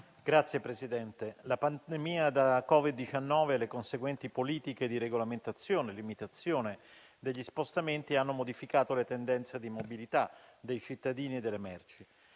Signor Presidente, la pandemia da Covid-19 e le conseguenti politiche di regolamentazione e limitazione degli spostamenti hanno modificato le tendenze di mobilità dei cittadini e delle merci,